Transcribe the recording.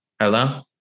Hello